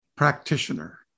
practitioner